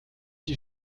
die